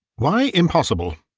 why impossible?